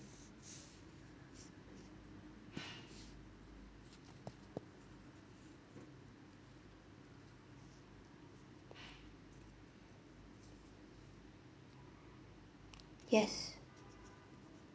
yes